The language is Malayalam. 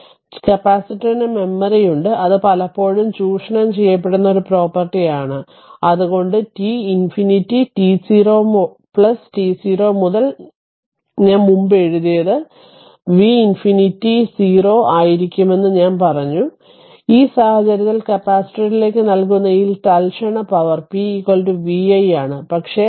അതിനാൽ കപ്പാസിറ്ററിന് മെമ്മറിയുണ്ട് അത് പലപ്പോഴും ചൂഷണം ചെയ്യപ്പെടുന്ന ഒരു പ്രോപ്പർട്ടി ആണ് അതിനാൽ അതുകൊണ്ടാണ് t ഇൻഫിനിറ്റി t0 t0 മുതൽ ഞാൻ മുമ്പ് എഴുതിയത് V ഇൻഫിനിറ്റി 0 ആയിരിക്കുമെന്ന് ഞാൻ പറഞ്ഞു അതിനാൽ ഈ സാഹചര്യത്തിൽ കപ്പാസിറ്ററിലേക്ക് നൽകുന്ന ഈ തൽക്ഷണ പവർ p vi ആണ് പക്ഷേ i c dvdt